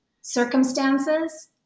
circumstances